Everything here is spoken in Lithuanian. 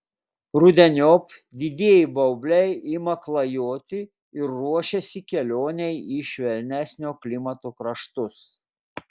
rudeniop didieji baubliai ima klajoti ir ruošiasi kelionei į švelnesnio klimato kraštus